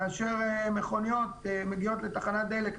כאשר מכוניות מגיעות לתחנת דלק,